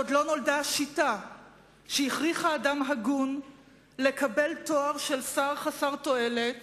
עוד לא נולדה השיטה שהכריחה אדם הגון לקבל תואר של שר חסר תועלת